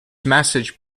massage